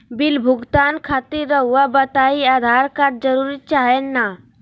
Bill भुगतान खातिर रहुआ बताइं आधार कार्ड जरूर चाहे ना?